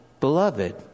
Beloved